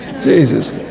Jesus